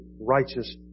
righteous